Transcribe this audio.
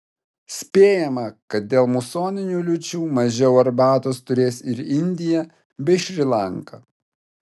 spėjama kad dėl musoninių liūčių mažiau arbatos turės ir indija bei šri lanka